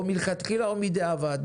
או מלכתחילה או בדיעבד.